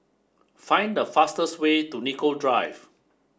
find the fastest way to Nicoll Drive